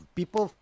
people